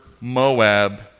Moab